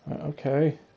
Okay